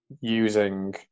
using